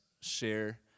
share